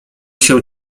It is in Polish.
się